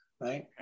right